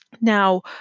Now